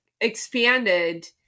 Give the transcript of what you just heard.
expanded